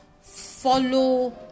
follow